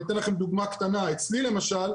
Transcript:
אני אתן לכם דוגמה קטנה: אצלי למשל,